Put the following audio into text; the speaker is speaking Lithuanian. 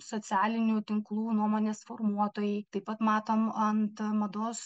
socialinių tinklų nuomonės formuotojai taip pat matom ant mados